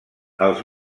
els